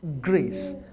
grace